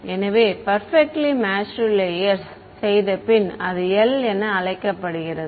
எனவே perfectly matched layers செய்தபின் அது L என அழைக்கப்படுகிறது